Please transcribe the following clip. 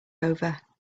over